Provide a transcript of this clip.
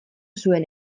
zuen